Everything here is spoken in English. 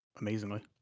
Amazingly